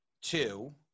two